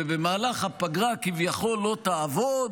ובמהלך הפגרה הכנסת כביכול לא תעבוד,